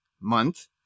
month